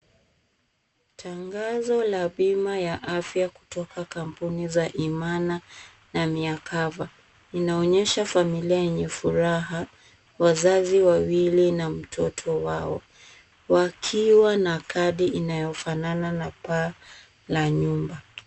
Tangazo la bima ya afya kutoka kampuni za Imana na Miacover. Inaonyesha familia yenye furaha wazazi wawili na mtoto wao wakiwa na kadi inayofanana na paa, la nyumba.